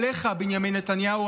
עליך, בנימין נתניהו.